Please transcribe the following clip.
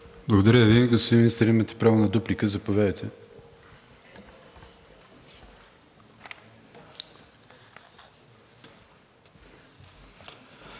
Благодаря Ви. Господин министър, имате право на дуплика. Заповядайте.